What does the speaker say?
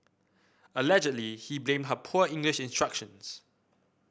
allegedly he blamed her poor English instructions